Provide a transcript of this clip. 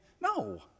no